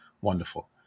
wonderful